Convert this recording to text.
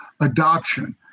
adoption